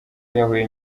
yiyahuye